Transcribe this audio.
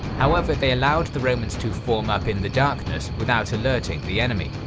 however, they allowed the romans to form up in the darkness without alerting the enemy.